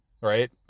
right